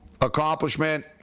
Accomplishment